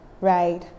right